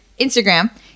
Instagram